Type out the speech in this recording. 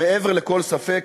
מעבר לכל ספק,